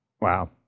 Wow